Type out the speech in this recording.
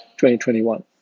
2021